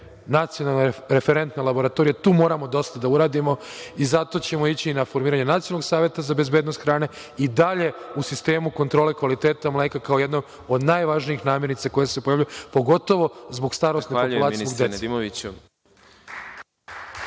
nacionalne referentne laboratorije. Tu moramo dosta uradimo i zato ćemo ići na formiranje nacionalnog saveta za bezbednost hrane i dalje u sistemu kontrole kvaliteta mleka, kao jedne od najvažnijih namirnica koje se pojavljuju, pogotovo zbog starosne populacije i zbog dece.